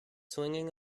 swinging